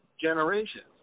generations